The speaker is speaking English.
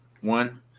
One